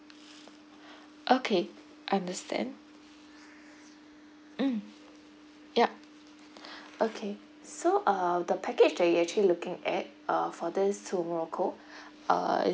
okay understand mm yup okay so uh the package that you actually looking at uh for this to morocco uh